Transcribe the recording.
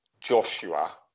Joshua